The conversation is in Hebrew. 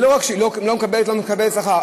לא רק שהיא לא מקבלת שכר,